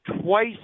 twice